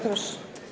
Proszę.